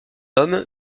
homme